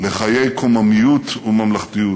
לחיי קוממיות וממלכתיות.